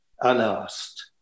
unasked